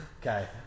Okay